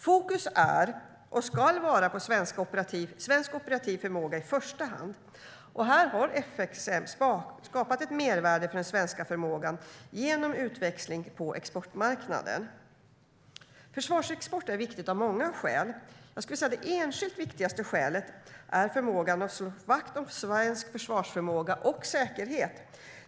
Fokus är och ska vara på svensk operativ förmåga i första hand. Här har FXM skapat ett mervärde för den svenska förmågan genom utväxling på exportmarknaden. Försvarsexporten är viktig av många skäl. Det enskilt viktigaste skälet är förmågan att slå vakt om svensk försvarsförmåga och säkerhet.